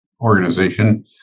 organization